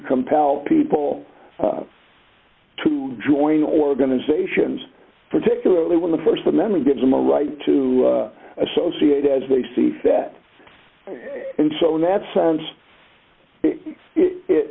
compel people to join organizations particularly when the st amendment gives them a right to associate as they see fit and so in that sense it i